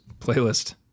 playlist